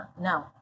no